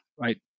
right